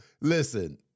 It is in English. listen